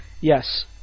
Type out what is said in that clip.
yes